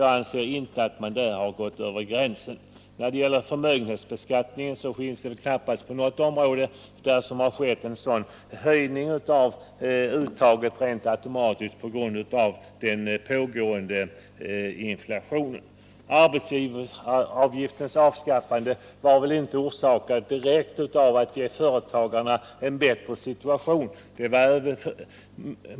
Jag anser inte att vi där har gått över gränsen. När det gäller förmögenhetsbeskattningen har skatteskalorna i det närmaste legat oförändrade under hela 1970-talet, och det finns väl knappast något annat område där det skett en sådan höjning av uttaget rent automatiskt på grund av den pågående inflationen. Målet med arbetsgivaravgiftens avskaffande var inte direkt att ge företagarna en bättre situation.